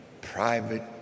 private